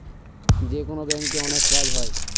যেকোনো ব্যাঙ্কে অনেক কাজ হয়